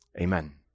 Amen